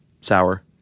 sour